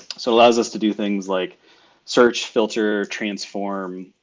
so allows us to do things like search, filter, transform,